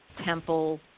temple